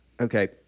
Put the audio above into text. Okay